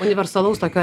universalaus tokio